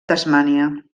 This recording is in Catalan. tasmània